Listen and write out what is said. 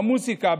במוזיקה,